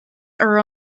are